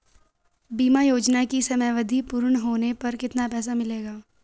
बीमा योजना की समयावधि पूर्ण होने पर कितना पैसा मिलेगा?